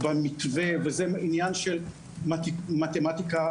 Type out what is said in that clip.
הדבר השני הוא לגבי הנושא של מעקשים תקציביים.